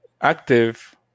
active